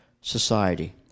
society